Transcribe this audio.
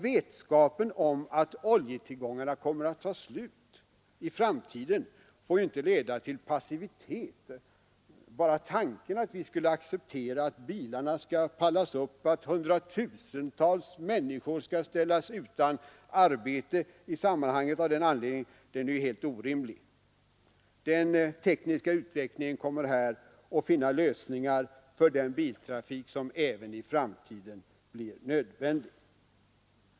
Vetskapen om att oljetillgångarna kommer att ta slut i framtiden får inte leda till passivitet. Bara tanken att vi skulle acceptera att bilarna pallas upp och att hundratusentals människor ställs utan arbete av denna anledning är helt orimlig. Den tekniska utvecklingen kommer här att finna lösningar för den biltrafik som även i framtiden blir nödvändig.